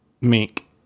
make